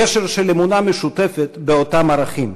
גשר של אמונה משותפת באותם ערכים.